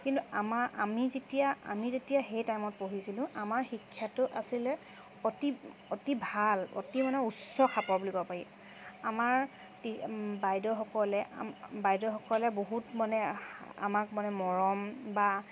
কিন্তু আমাৰ আমি যেতিয়া আমি যেতিয়া সেই টাইমত পঢ়িছিলো আমাৰ শিক্ষাটো আছিলে অতি অতি ভাল অতি মানে উচ্চ খাপৰ বুলি ক'ব পাৰি আমাৰ বাইদেউসকলে বাইদেউসকলে বহুত মানে আমাক মানে মৰম বা